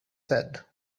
said